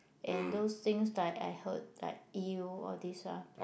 and those things like I heard like eel all these ah